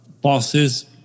bosses